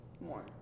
more